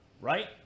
right